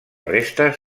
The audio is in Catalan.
restes